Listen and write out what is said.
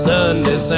Sunday